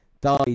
died